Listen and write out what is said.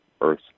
earth